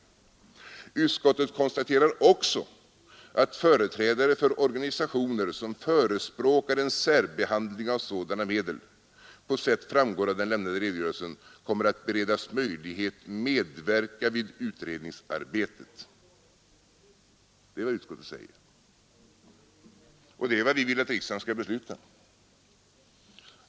Utskottet konstaterar också att företrädare för organisationer, som förespråkar en särbehandling av sådana medel, på sätt framgår av den lämnade redogörelsen kommer att beredas möjlighet medverka vid utredningsarbetet.” Det är vad utskottet säger, och det är vad vi vill att riksdagen skall besluta.